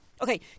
Okay